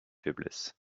faiblesses